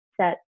set